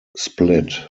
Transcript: split